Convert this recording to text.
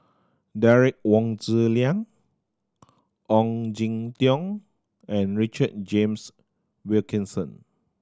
Derek Wong Zi Liang Ong Jin Teong and Richard James Wilkinson